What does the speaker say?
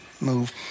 move